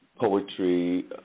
Poetry